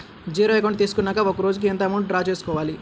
Zero account తీసుకున్నాక ఒక రోజుకి ఎంత అమౌంట్ డ్రా చేసుకోవాలి?